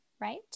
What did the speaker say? right